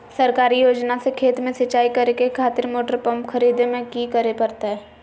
सरकारी योजना से खेत में सिंचाई करे खातिर मोटर पंप खरीदे में की करे परतय?